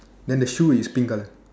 then the shoe is pink colour